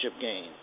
game